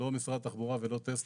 לא משרד התחבורה ולא טסלה.